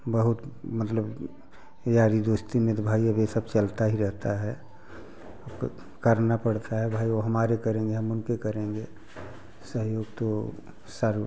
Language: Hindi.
बहुत मतलब यारी दोस्ती में तो भाई अब ये सब चलता ही रहता है करना पड़ता है भाई वो हमारे करेंगे हम उनके करेंगे सहयोग तो सर्व